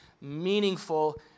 meaningful